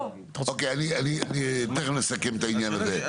אוקיי, אני, תכף נסכם את העניין הזה.